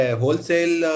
Wholesale